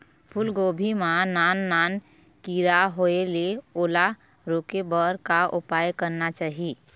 फूलगोभी मां नान नान किरा होयेल ओला रोके बर का उपाय करना चाही?